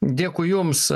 dėkui jums